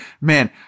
man